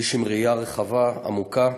איש עם ראייה רחבה, עמוקה,